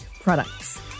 products